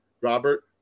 Robert